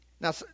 Now